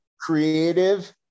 creative